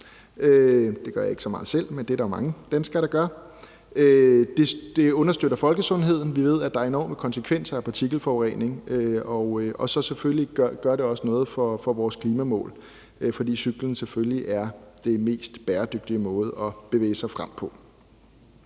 det gør jeg ikke så meget selv, men det er der jo mange danskere der gør – og det understøtter folkesundheden. Vi ved, at der er enorme konsekvenser af partikelforurening. Og selvfølgelig gør det også noget for vores klimamål, fordi cyklen jo er den mest bæredygtige måde at bevæge sig frem på.